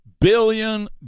billion